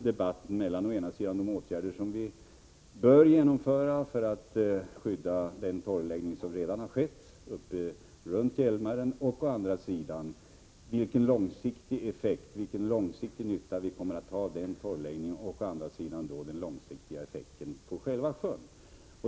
Debatten handlar å ena sidan om de åtgärder som vi bör genomföra för att skydda den torrläggning som redan har skett runt Hjälmaren, å andra sidan om vilken långsiktig nytta vi kommer att ha av torrläggningen och vilken långsiktig effekt den kommer att få på själva sjön.